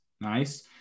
nice